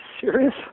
serious